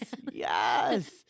Yes